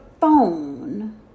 phone